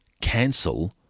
cancel